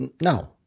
No